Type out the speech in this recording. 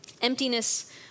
Emptiness